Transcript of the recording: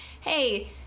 Hey